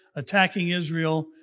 attacking israel,